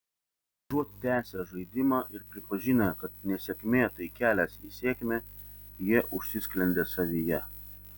užuot tęsę žaidimą ir pripažinę kad nesėkmė tai kelias į sėkmę jie užsisklendė savyje